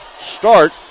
start